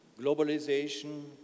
Globalization